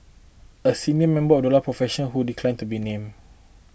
a senior member of the law profession who declined to be named